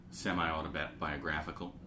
semi-autobiographical